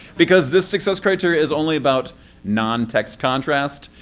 because this success criterion is only about non-text contrast.